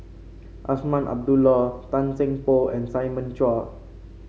Azman Abdullah Tan Seng Poh and Simon Chua